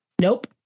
nope